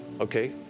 okay